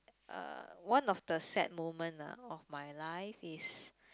uh one of the sad moment ah of my life is